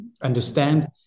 understand